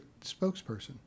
spokesperson